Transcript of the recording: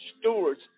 stewards